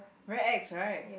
very ex right